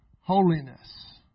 holiness